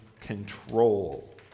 control